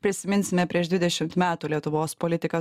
prisiminsime prieš dvidešimt metų lietuvos politiką